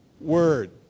word